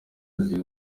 uzi